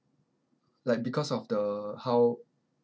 like because of the how